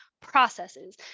processes